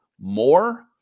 more